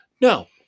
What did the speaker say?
No